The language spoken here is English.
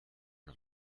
her